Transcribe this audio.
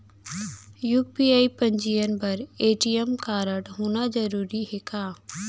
UPI पंजीयन बर ATM कारडहोना जरूरी हे का?